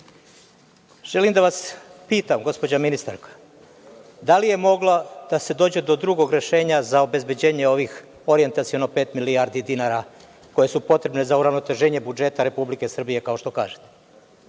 nivou. Želim da vas pitam gospođa ministarka, da li je moglo da se dođe do drugog rešenja za obezbeđenje ovih, orijentaciono, pet milijardi dinara koje su potrebne za uravnoteženje budžeta Republike Srbije kao što kažete?